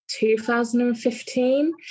2015